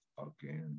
Okay